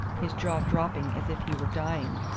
his jaw dropping as if he were dying.